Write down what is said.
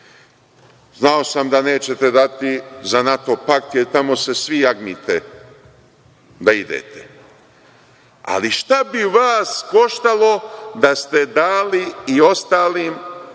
Znao sam da nećete dati za NATO-pakt jer tamo se svi jagmite da idete, ali šta bi vas koštalo da ste dali i ostalim